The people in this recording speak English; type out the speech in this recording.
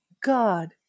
god